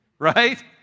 right